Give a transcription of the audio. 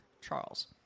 Charles